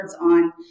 on